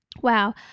wow